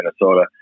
Minnesota